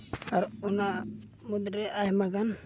ᱟᱨ ᱚᱱᱟ ᱢᱩᱫᱽᱨᱮ ᱟᱭᱢᱟᱜᱟᱱ